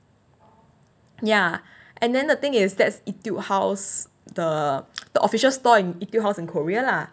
ya and then the thing is that's Etude House the the official store in it you house in korea lah